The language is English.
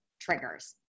triggers